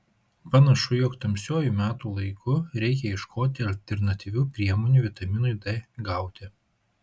panašu jog tamsiuoju metų laiku reikia ieškoti alternatyvių priemonių vitaminui d gauti